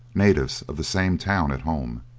natives of the same town at home.